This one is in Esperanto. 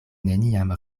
neniam